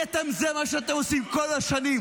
כי זה מה שאתם עושים כל השנים.